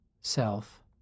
self